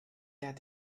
that